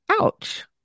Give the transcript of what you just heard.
ouch